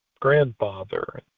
grandfather